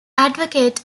advocate